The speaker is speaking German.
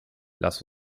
lass